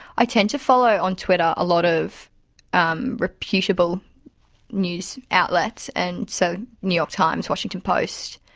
i tend to follow on twitter a lot of um reputable news outlets, and so new york times, washington post,